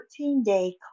14-day